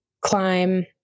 climb